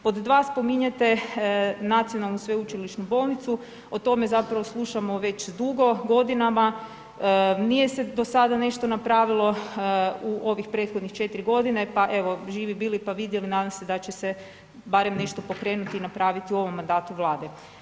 Pod dva, spominjete Nacionalnu sveučilišnu bolnicu, o tome zapravo slušamo već dugo godinama, nije se do sada nešto napravilo u ovih prethodnih 4 g. pa evo živi bili pa vidjeli, nadam se da će se barem nešto pokrenuti i napraviti u ovom mandatu Vlade.